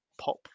pop